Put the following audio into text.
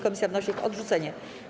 Komisja wnosi o ich odrzucenie.